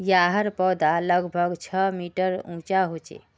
याहर पौधा लगभग छः मीटर उंचा होचे